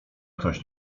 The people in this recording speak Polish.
ktoś